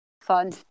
fun